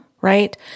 right